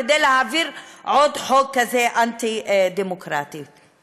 כדי להעביר עוד חוק אנטי-דמוקרטי כזה.